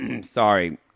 Sorry